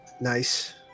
Nice